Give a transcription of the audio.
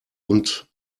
und